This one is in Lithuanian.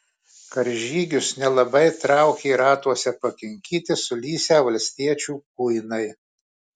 karžygius nelabai traukė ratuose pakinkyti sulysę valstiečių kuinai